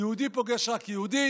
יהודי פוגש רק יהודי,